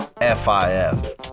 F-I-F